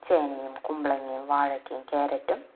ചേനയും കുംബ്ലങ്ങയും വാഴയ്ക്കായും കാരറ്റും